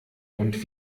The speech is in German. und